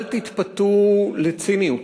אל תתפתו לציניות.